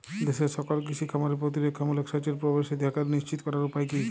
দেশের সকল কৃষি খামারে প্রতিরক্ষামূলক সেচের প্রবেশাধিকার নিশ্চিত করার উপায় কি?